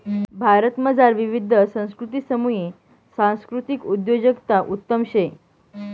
भारतमझार विविध संस्कृतीसमुये सांस्कृतिक उद्योजकता उत्तम शे